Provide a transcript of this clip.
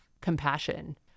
compassion